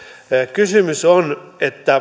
kysymys on